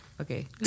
Okay